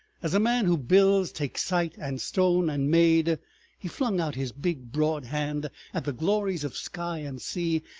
as a man who builds takes site and stone, and made he flung out his big broad hand at the glories of sky and sea,